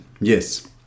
yes